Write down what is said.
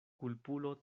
kulpulo